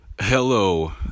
hello